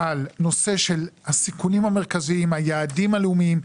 נושא של הסיכונים המרכזיים, היעדים הלאומיים.